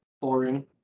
boring